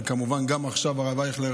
וכמובן גם עכשיו הרב אייכלר